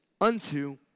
unto